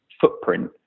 footprint